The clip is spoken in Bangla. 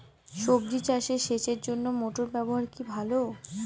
সবজি চাষে সেচের জন্য মোটর ব্যবহার কি ভালো?